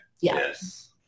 Yes